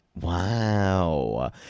Wow